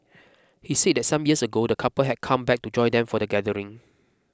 he said that some years ago the couple had come back to join them for the gathering